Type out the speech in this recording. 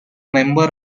member